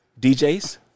DJs